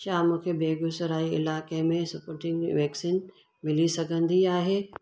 छा मूंखे बेगुसराई इलाइक़े में सपूटिनिक वैक्सीन मिली सघंदी आहे